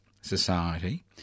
society